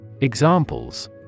Examples